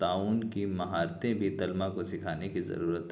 تعاون کی مہارتیں بھی طلبہ کو سیکھانے کی ضرورت ہے